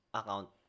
account